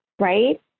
right